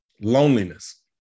loneliness